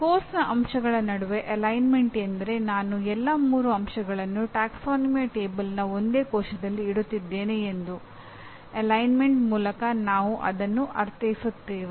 ಪಠ್ಯಕ್ರಮದ ಅಂಶಗಳ ನಡುವೆ ಅಲೈನ್ಮೆಂಟ್ ಮೂಲಕ ನಾವು ಅದನ್ನು ಅರ್ಥೈಸುತ್ತೇವೆ